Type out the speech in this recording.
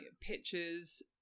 pictures